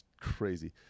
crazy